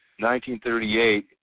1938